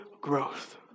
growth